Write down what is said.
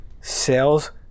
Sales